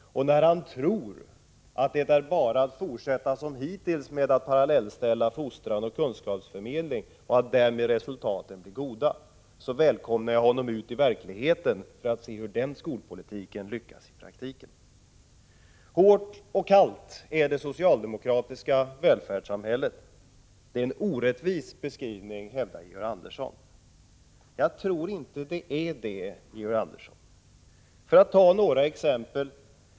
Och när han tror att det är bara att fortsätta som hittills med att parallellställa fostran och kunskapsförmedling för att resultaten skall bli goda välkomnar jag honom ut i verkligheten för att se hur den skolpolitiken lyckas i praktiken. Hårt och kallt är det socialdemokratiska välfärdssamhället — det är en orättvis beskrivning, hävdar Georg Andersson. Jag tror inte att det är det, Georg Andersson. Låt mig ta några exempel.